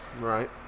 Right